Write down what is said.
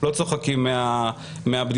לא צוחקים ממנה.